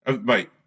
mate